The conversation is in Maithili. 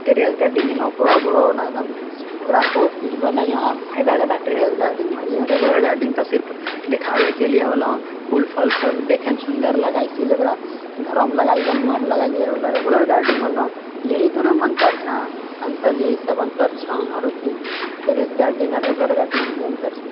आओर टेरेस गार्डनिंग जेन बड़ो बड़ो ओकरासँ बहुत कुछ बनै हँ आर फायदा जादा टेरेस गार्डनिंगमे है रेगुलर गार्डनिंग तऽ सिर्फ दिखाबैके लिए होलौ फूल फल सब देखैमे सुन्दर लागै इसीलिए ओकरा घरोमे लगाबी गमलोमे लागाबी रेगुलर गार्डनिंग होलौ यही दोनोमे अन्तर छऽ अन्तर यही सब अन्तर छऽ आरो की टेरेस गार्डनिंग आरो रेगुलर गार्डनिंगमे यही अन्तर छऽ